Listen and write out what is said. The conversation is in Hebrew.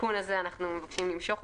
התיקון הזה אנחנו מבקשים למשוך,